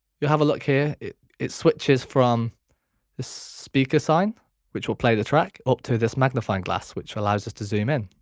you have a look here it it switches from the speaker sign which will play the track up to this magnifying glass which allows us to zoom in.